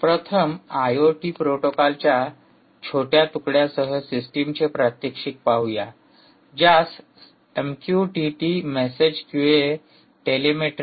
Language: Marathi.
प्रथम आयओटी प्रोटोकॉलच्या छोट्या तुकड्यांसह सिस्टीमचे प्रात्यक्षिक पाहू या ज्यास MQTT message queue telemetry transfer म्हणतात